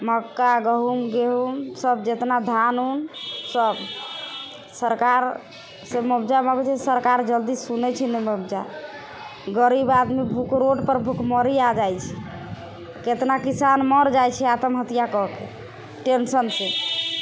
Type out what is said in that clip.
मक्का गहूम गेहूँ सब जतना धान उनसब सरकारसँ मुआवजा मँगै छै सरकार जल्दी सुनै छै नहि मुआवजा गरीब आदमी भूख रोडपर भुखमरी आ जाइ छै कतना किसान मरि जाइ छै आतमहत्या करिके टेन्शनसँ